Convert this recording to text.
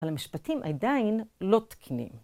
אבל המשפטים עדיין לא תקינים.